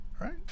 Right